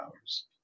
hours